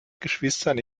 geschwistern